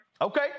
Okay